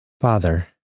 Father